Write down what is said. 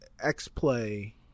X-Play